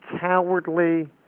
cowardly